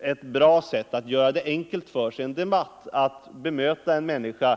Ett bra sätt att göra det enkelt för sig i en debatt är naturligtvis att bemöta en person